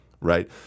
right